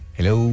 Hello